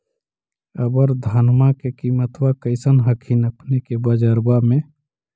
अबर धानमा के किमत्बा कैसन हखिन अपने के बजरबा में?